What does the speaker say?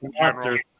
answers